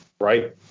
Right